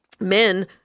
men